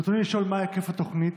ברצוני לשאול: 1. מה ההיקף התוכנית?